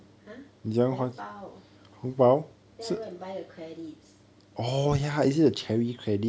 !huh! 红包 then I go and buy the credits